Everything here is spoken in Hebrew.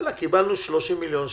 קיבלנו 30 מיליון שקל.